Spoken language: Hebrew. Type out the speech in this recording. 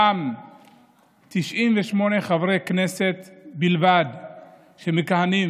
גם 98 חברי כנסת בלבד מכהנים,